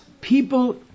people